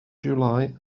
july